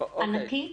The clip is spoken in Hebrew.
ענקית,